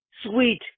sweet